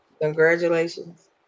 Congratulations